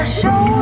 show